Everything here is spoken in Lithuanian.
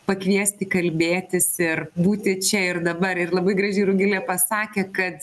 pakviesti kalbėtis ir būti čia ir dabar ir labai gražiai rugilė pasakė kad